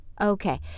Okay